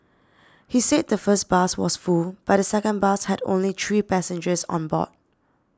he said the first bus was full but the second bus had only three passengers on board